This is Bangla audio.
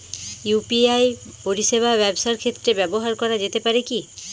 ইউ.পি.আই পরিষেবা ব্যবসার ক্ষেত্রে ব্যবহার করা যেতে পারে কি?